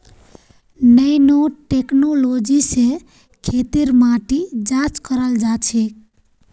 nano technology स खेतेर माटी जांच कराल जाछेक